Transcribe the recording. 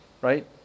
right